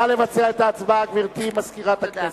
נא לבצע את ההצבעה, גברתי מזכירת הכנסת.